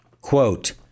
Quote